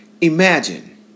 Imagine